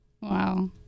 Wow